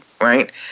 Right